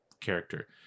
character